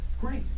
great